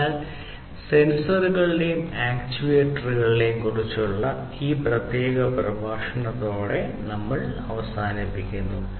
അതിനാൽ സെൻസറുകളെയും ആക്റ്റുവേറ്ററുകളെയും കുറിച്ചുള്ള ഈ പ്രത്യേക പ്രഭാഷണത്തോടെ നമ്മൾ അവസാനിക്കുന്നു